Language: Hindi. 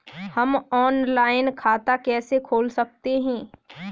हम ऑनलाइन खाता कैसे खोल सकते हैं?